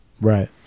Right